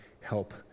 help